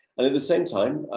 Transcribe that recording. and at the same time,